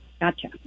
gotcha